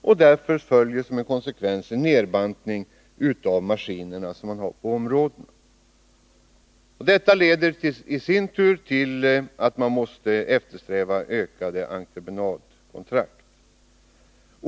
En konsekvens blir då också en nedbantning när det gäller antalet maskiner. I sin tur leder detta till att man måste eftersträva ökade entreprenadkontrakt.